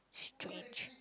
strange